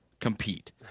compete